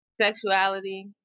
sexuality